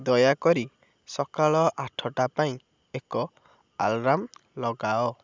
ଦୟାକରି ସକାଳ ଆଠଟା ପାଇଁ ଏକ ଆଲାର୍ମ ଲଗାଅ